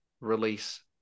release